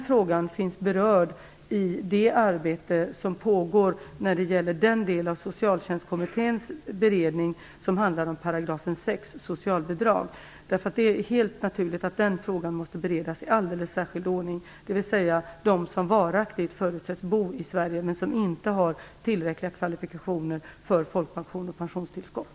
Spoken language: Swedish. Jag vill då säga att den frågan tas upp i den del av Socialtjänstkommitténs beredning som rör paragraf 6, Socialbidrag. Det är helt naturligt att den frågan måste beredas i alldeles särskild ordning, dvs. situationen för dem som förutsätts bo varaktigt i Sverige men inte har tillräckliga kvalifikationer för folkpension och pensionstillskott.